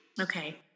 Okay